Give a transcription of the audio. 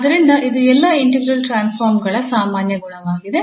ಆದ್ದರಿಂದ ಇದು ಎಲ್ಲಾ ಇಂಟಿಗ್ರಾಲ್ ಟ್ರಾನ್ಸ್ಫಾರ್ಮ್ ಗಳ ಸಾಮಾನ್ಯ ಗುಣವಾಗಿದೆ